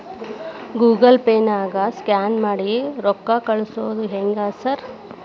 Google ಪೇನಾಗ scan ಮಾಡಿ ರೊಕ್ಕಾ ಕಳ್ಸೊದು ಹೆಂಗ್ರಿ ಸಾರ್?